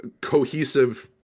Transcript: cohesive